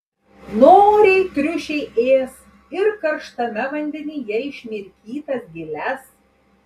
noriai triušiai ės ir karštame vandenyje išmirkytas giles